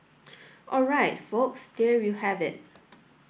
all right folks there you have it